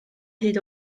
hyd